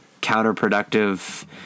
counterproductive